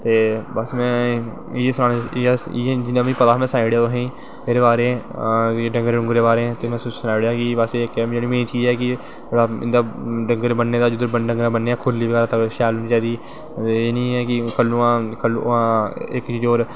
ते बस में इयै पता हा मोें सनाई ओड़ेआ तुसेंगी ओह्ॅदे बारे डंगरें डुंगरें दे बारे च ते तुसेंगी सनाई ओड़ेआ कि एह् चीज़ ऐ जिध्द डंगर बन्नें खुरली शैल होनीं चाही दी एह् नी ऐ कि इक जगहे पर